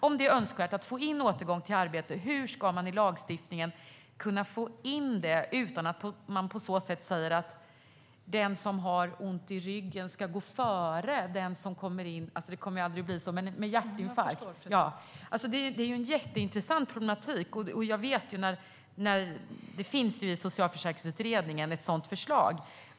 Om det är önskvärt att få in återgång till arbete - hur ska man kunna få in det i lagstiftningen utan att man på så sätt säger att den som har ont i ryggen ska gå före den som kommer in med hjärtinfarkt? Så kommer det ju aldrig att bli, men ändå. Detta är en jätteintressant problematik. Jag vet att det finns ett sådant förslag i socialförsäkringsutredningen.